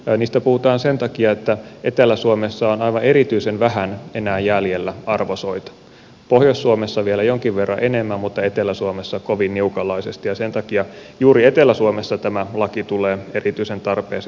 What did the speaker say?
niistä puhutaan sen takia että etelä suomessa on aivan erityisen vähän enää jäljellä arvosoita pohjois suomessa vielä jonkin verran enemmän mutta etelä suomessa kovin niukanlaisesti ja sen takia juuri etelä suomessa tämä laki tulee erityisen tarpeeseen